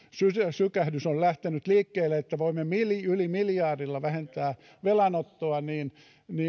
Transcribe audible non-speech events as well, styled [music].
sykähdys on lähtenyt liikkeelle että voimme yli miljardilla vähentää velanottoa niin [unintelligible]